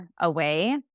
away